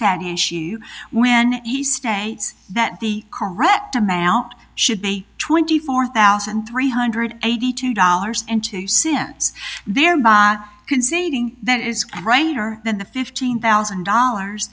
that issue when east that the correct amount should be twenty four thousand three hundred eighty two dollars and two cents thereby conceding that is greater than the fifteen thousand dollars